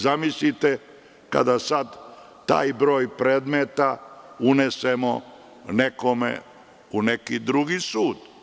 Zamislite kada taj broj predmeta unesemo nekome u neki drugi sud.